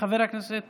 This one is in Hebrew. חבר הכנסת